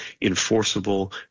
enforceable